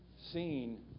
seen